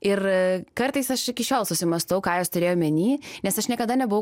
ir kartais aš iki šiol susimąstau ką jos turėjo omeny nes aš niekada nebuvau